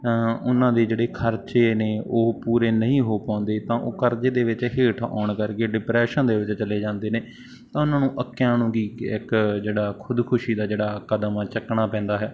ਤਾਂ ਉਹਨਾਂ ਦੇ ਜਿਹੜੇ ਖਰਚੇ ਨੇ ਉਹ ਪੂਰੇ ਨਹੀਂ ਹੋ ਪਾਉਂਦੇ ਤਾਂ ਉਹ ਕਰਜ਼ੇ ਦੇ ਵਿੱਚ ਹੇਠ ਆਉਣ ਕਰਕੇ ਡਿਪਰੈਸ਼ਨ ਦੇ ਵਿੱਚ ਚਲੇ ਜਾਂਦੇ ਨੇ ਤਾਂ ਉਹਨਾਂ ਨੂੰ ਅੱਕਿਆਂ ਨੂੰ ਕੀ ਇੱਕ ਜਿਹੜਾ ਖੁਦਕੁਸ਼ੀ ਦਾ ਜਿਹੜਾ ਕਦਮ ਆ ਚੁੱਕਣਾ ਪੈਂਦਾ ਹੈ